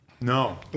No